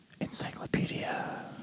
Encyclopedia